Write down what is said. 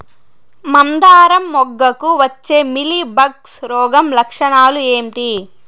మందారం మొగ్గకు వచ్చే మీలీ బగ్స్ రోగం లక్షణాలు ఏంటి?